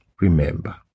Remember